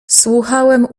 słuchałem